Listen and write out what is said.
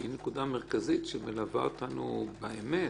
שהיא נקודה מרכזית שמלווה אותנו באמת: